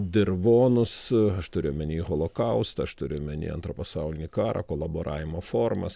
dirvonus aš turiu omeny holokaustą aš turiu omeny antrą pasaulinį karą kolaboravimo formas